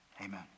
Amen